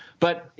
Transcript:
but,